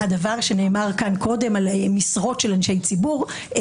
הדבר שנאמר כאן קודם על משרות של אנשי ציבור הוא